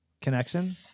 connection